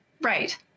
Right